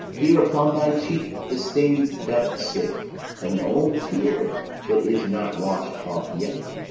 here upon thy cheek the stain doth sit of an old tear that is not wash'd off yet.